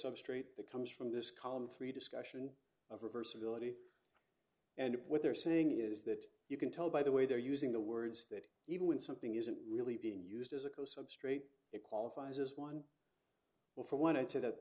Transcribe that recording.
substrate that comes from this column three discussion of reversibility and what they're saying is that you can tell by the way they're using the words that even when something isn't really being used as a co substrate it qualifies as one for one and so that